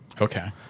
Okay